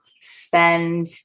spend